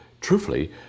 truthfully